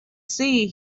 sea